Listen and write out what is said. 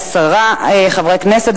עשרה חברי כנסת.